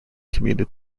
commuted